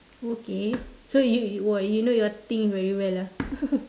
okay so you you !wah! you know your thing very well ah